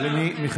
למי?